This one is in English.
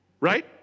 Right